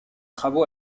travaux